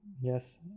yes